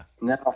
No